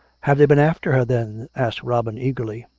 have they been after her, then? asked robin eagerly.